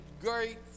great